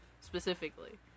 specifically